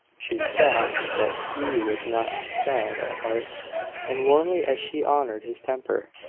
she saw that he was not sad at heart and warmly as she honoured his temper,